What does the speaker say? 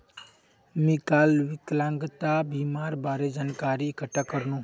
मी काल विकलांगता बीमार बारे जानकारी इकठ्ठा करनु